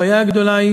הבעיה הגדולה,